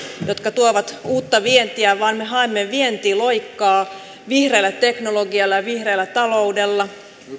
jotka tuovat uutta vientiä vaan me haemme vientiloikkaa vihreällä teknologialla ja vihreällä taloudella